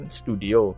studio